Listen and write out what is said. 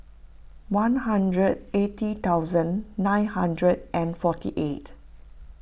one hundred eighty thousand nine hundred and forty eight